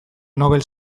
nobel